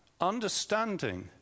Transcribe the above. understanding